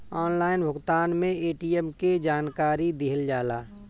Online भुगतान में ATM के जानकारी दिहल जाला?